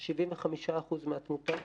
75% מהתמותה,